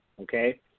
okay